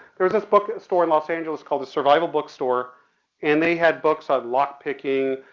there was this bookstore in los angeles called the survival bookstore and they had books on lock picking,